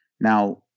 Now